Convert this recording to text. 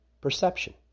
perception